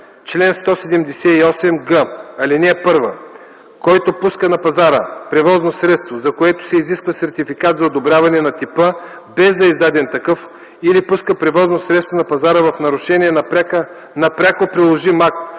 Чл. 178г. (1) Който пуска на пазара превозно средство, за което се изисква сертификат за одобряване на типа, без да е издаден такъв, или пуска превозното средство на пазара в нарушение на пряко приложим